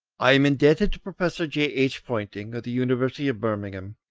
i am indebted to professor j. h. poynting, of the university of birmingham,